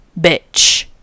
bitch